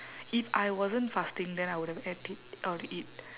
if I wasn't fasting then I would have ate it I'll eat